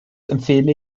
empfehle